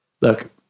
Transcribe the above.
look